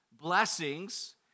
blessings